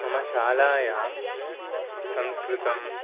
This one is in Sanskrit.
मम शालायां संस्कृतं